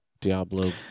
diablo